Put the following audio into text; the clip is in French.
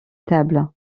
table